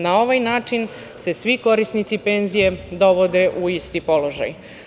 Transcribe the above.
Na ovaj način se svi korisnici penzije dovode u isti položaj.